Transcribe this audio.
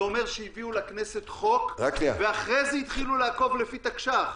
זה אומר שהביאו לכנסת חוק ואחרי זה התחילו לעקוב לפי תקש"ח.